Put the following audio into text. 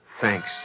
Thanks